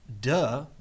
Duh